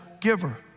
giver